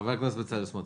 חבר הכנסת בצלאל סמוטריץ'.